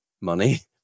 money